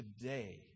today